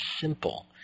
simple